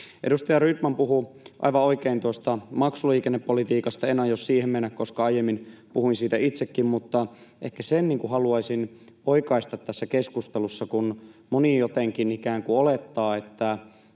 Edustaja Rydman puhui aivan oikein tuosta maksuliikennepolitiikasta. En aio siihen mennä, koska aiemmin puhuin siitä itsekin, mutta ehkä sen haluaisin oikaista tässä keskustelussa, kun moni jotenkin ikään kuin olettaa, että